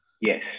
Yes